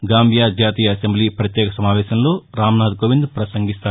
Gambia జాతీయ assembly పత్యేక సమావేశంలో రాంనాథ్ కోవింద్ పసంగిస్తారు